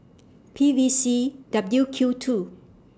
P V C W Q two